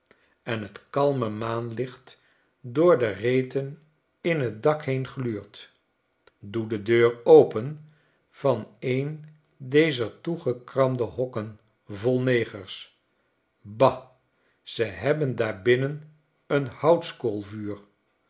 en t kalme maanlicht door de reten in t dak heen gluurt doe de deur open van een dezer toegekramde hokken vol negers bah ze hebben daarbinnen een